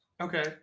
Okay